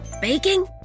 Baking